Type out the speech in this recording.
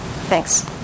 Thanks